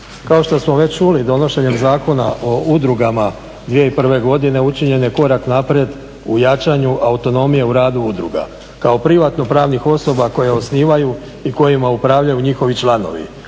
Kao što smo već čuli donošenjem Zakona o udrugama 2001. godine učinjen je korak naprijed u jačanju autonomije u radu udruga kao privatno-pravnih osoba koje osnivaju i kojima upravljaju njihovi članovi,